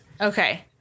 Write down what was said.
Okay